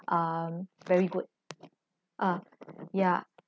um very good ah ya